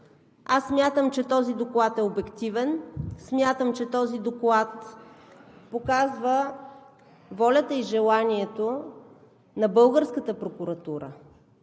Аз смятам, че този доклад е обективен, смятам, че този доклад показва волята и желанието на българската прокуратура,